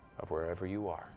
of wherever you are